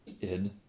Id